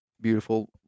beautiful